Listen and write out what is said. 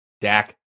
Dak